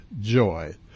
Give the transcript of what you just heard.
joy